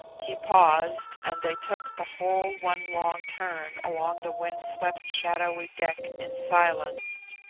he paused, and they took the whole one long turn along the wind-swept, shadowy deck in silence.